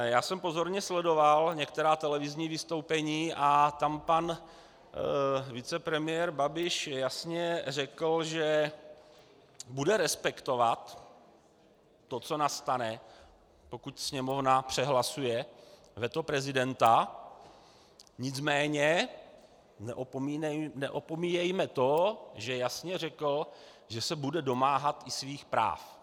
Já jsem pozorně sledoval některá televizní vystoupení a tam pan vicepremiér Babiš jasně řekl, že bude respektovat to, co nastane, pokud Sněmovně přehlasuje veto prezidenta, nicméně neopomíjejme to, že jasně řekl, že se bude domáhat svých práv.